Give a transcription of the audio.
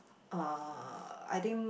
uh I think